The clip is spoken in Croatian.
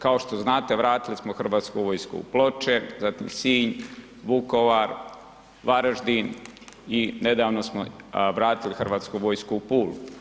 Kao što znate, vratili smo hrvatsku vojsku u Ploče, zatim Sinj, Vukovar, Varaždin i nedavno smo vratili hrvatsku vojsku u Pulu.